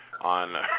on